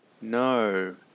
No